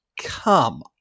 come